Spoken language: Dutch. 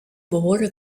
behoren